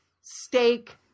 steak